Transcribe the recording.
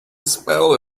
smell